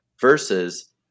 versus